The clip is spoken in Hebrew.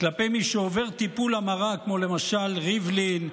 כלפי מי שעובר טיפול המרה, כמו למשל ריבלין,